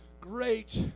great